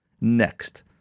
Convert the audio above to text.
next